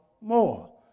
more